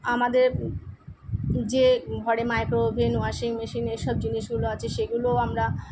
আমাদের যে ঘরে মাইক্রোওভেন ওয়াশিং মেশিনের সব জিনিসগুলো আছে সেগুলোও আমরা